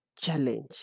challenge